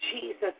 Jesus